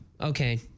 okay